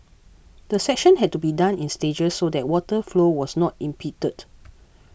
the section had to be done in stages so that water flow was not impeded